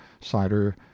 cider